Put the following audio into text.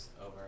over